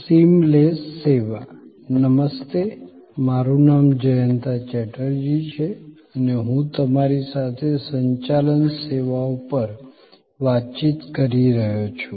seamless સેવા નમસ્તેમારું નામ જયંતા ચેટર્જી છે અને હું તમારી સાથે સંચાલન સેવાઓ પર વાતચીત કરી રહ્યો છું